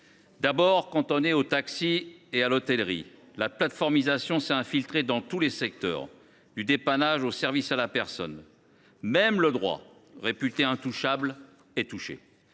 un premier temps aux taxis et à l’hôtellerie, la plateformisation s’est infiltrée dans tous les secteurs, du dépannage au service à la personne. Même le droit, réputé intouchable, est affecté.